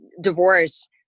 divorce